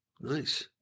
Nice